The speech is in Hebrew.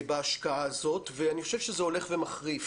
בהשקעה הזאת ואני חושב שזה הולך ומחריף,